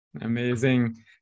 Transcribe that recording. Amazing